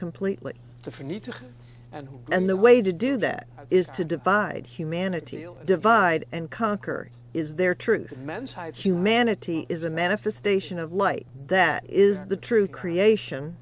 completely differently to and and the way to do that is to divide humanity you divide and conquer is there truth man's height humanity is a manifestation of light that is the true creation